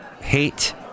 hate